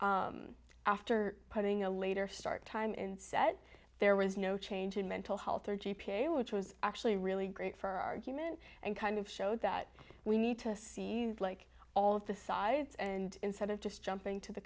that after putting a later start time and said there was no change in mental health or g p a which was actually really great for argument and kind of showed that we need to see like all of the sides and instead of just jumping to the